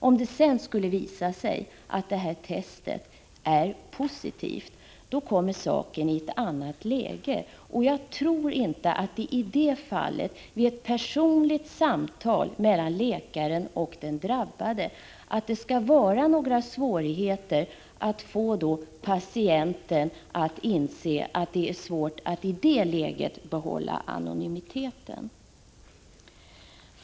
Om det sedan skulle visa sig att testet är positivt kommer saken i ett annat läge, och jag tror inte att det då — med ett personligt samtal mellan läkaren och den drabbade — kommer att vara några svårigheter att få patienten att inse att det är svårt att i det läget behålla anonymiteten.